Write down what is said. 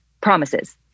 promises